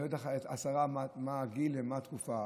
לא יודע לגבי השרה מה הגיל ומה התקופה,